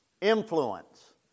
Influence